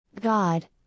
God